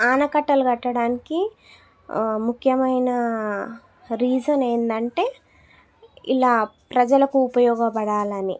ఆనకట్టలు కట్టడానికి ముఖ్యమైన రీజన్ ఏందంటే ఇలా ప్రజలకు ఉపయోగపడాలని